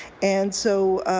and so